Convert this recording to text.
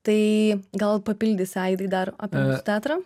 tai gal papildysi aidai dar apie mūsų teatrą